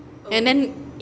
and then